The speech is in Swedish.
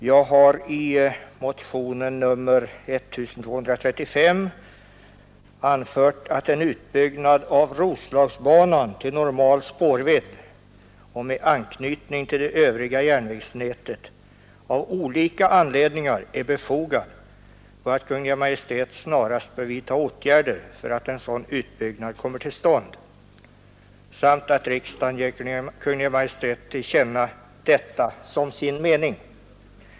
Jag har i motionen 1235 anfört att en utbyggnad av Roslagsbanan till normal spårvidd och med anknytning till det övriga järnvägsnätet av olika anledningar är befogad och att Kungl. Maj:t snarast bör vidta åtgärder för att en sådan utbyggnad kommer till stånd samt att riksdagen ger Kungl. Maj:t till känna detta som sin mening.